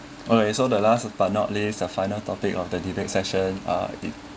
uh so the last but not least a final topic of the debate session uh it